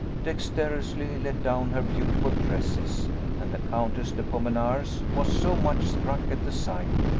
dexterously let down her beautiful tresses and the countess de pomenars was so much struck at the sight,